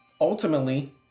ultimately